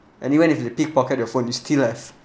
and even if you they pick pocket your phone you still have